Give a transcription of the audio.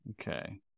Okay